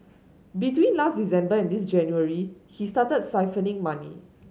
between last December and this January he started siphoning money